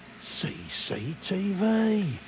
CCTV